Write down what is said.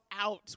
out